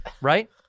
Right